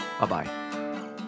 Bye-bye